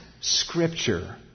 scripture